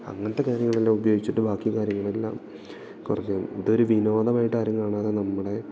അങ്ങനത്തെ കാര്യങ്ങളെല്ലാം ഉപയോഗിച്ചിട്ട് ബാക്കി കാര്യങ്ങളെല്ലാം കുറക്കുക ഇതൊരു വിനോദമായിട്ട് ആരും കാണാതെ നമ്മുടെ